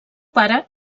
pare